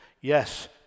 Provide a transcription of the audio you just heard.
Yes